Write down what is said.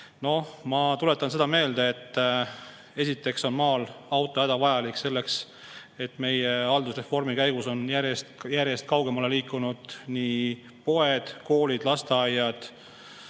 ma tuletan meelde, et esiteks on maal auto hädavajalik, sest meie haldusreformi käigus on järjest-järjest kaugemale liikunud nii poed, koolid, lasteaiad,